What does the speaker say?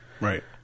Right